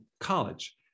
college